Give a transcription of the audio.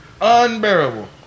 Unbearable